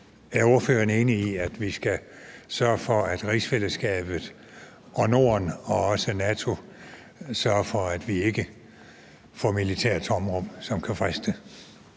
Er ordføreren enig i, at vi skal sørge for, at rigsfællesskabet og Norden og også NATO sørger for, at vi ikke får militære tomrum, som kan friste?